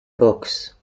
books